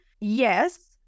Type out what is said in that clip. Yes